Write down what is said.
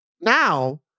now